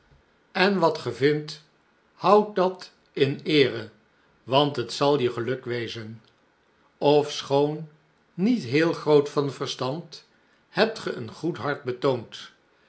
en wat ge vindt houd dat in eere want het zal je geluk wezen ofschoon niet heel groot van verstand hebt ge een goed hart betoond